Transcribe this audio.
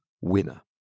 winner